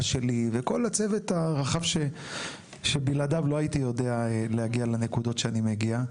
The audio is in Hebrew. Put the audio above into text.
שלי וכל הצוות הרחב שבלעדיו לא הייתי יודע להגיד לנקודות שאני מגיע.